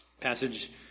Passage